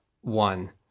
one